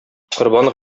корбан